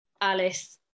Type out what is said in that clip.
Alice